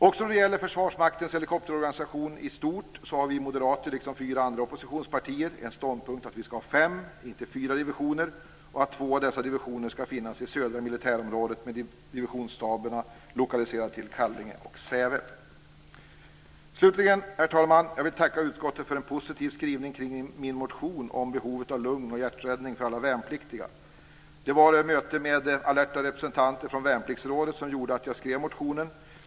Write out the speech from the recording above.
Också då det gäller Försvarsmaktens helikopterorganisation i stort har Moderaterna liksom fyra andra oppositionspartier som ståndpunkt att vi skall ha fem och inte fyra divisioner och att två av dessa divisioner skall finnas i södra militärområdet med divisionsstaberna lokaliserade till Kallinge och Säve. Slutligen, herr talman: Jag vill tacka utskottet för en positiv skrivning kring min motion om behovet av undervisning i lung och hjärträddning för alla värnpliktiga. Det var ett möte med alerta representanter från Värnpliktsrådet som gjorde att jag skrev motionen.